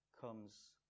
comes